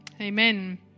Amen